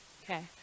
Okay